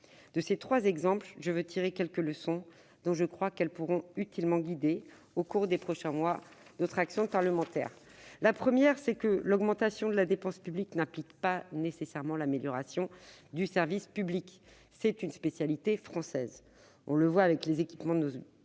De ces trois exemples, je veux tirer quelques leçons, dont je crois qu'elles pourront utilement guider, au cours des prochains mois, notre action parlementaire. Tout d'abord, l'augmentation de la dépense publique n'induit pas nécessairement l'amélioration du service public- c'est une spécialité française. On le voit, par exemple, avec les équipements de nos